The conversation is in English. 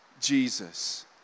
Jesus